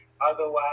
Otherwise